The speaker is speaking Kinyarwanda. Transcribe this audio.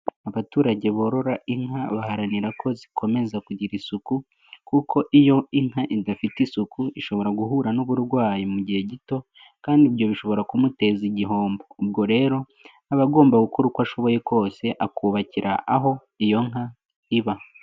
Abaturage borora inka baharanira ko zikomeza kugira isuku, kuko iyo inka idafite isuku, ishobora guhura n'uburwayi mu gihe gito, kandi ibyo bishobora kumuteza igihombo. Ubwo rero aba agomba gukora uko ashoboye kose akubakira aho iyo nka iba.